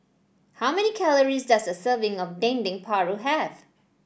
how many calories does a serving of Dendeng Paru have